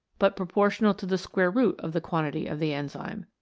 but proportional to the square root of the quantity of the enzyme.